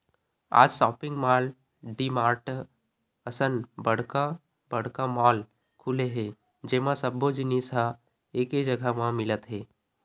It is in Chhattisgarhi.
आज सॉपिंग मॉल, डीमार्ट असन बड़का बड़का मॉल खुले हे जेमा सब्बो जिनिस ह एके जघा म मिलत हे